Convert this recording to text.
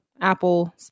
Apple